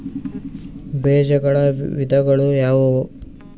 ಬೇಜಗಳ ವಿಧಗಳು ಯಾವುವು?